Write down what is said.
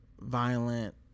violent